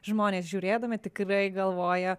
žmonės žiūrėdami tikrai galvoja